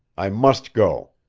i must go,